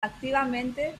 activamente